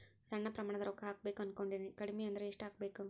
ಸಣ್ಣ ಪ್ರಮಾಣದ ರೊಕ್ಕ ಹಾಕಬೇಕು ಅನಕೊಂಡಿನ್ರಿ ಕಡಿಮಿ ಅಂದ್ರ ಎಷ್ಟ ಹಾಕಬೇಕು?